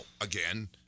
again